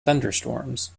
thunderstorms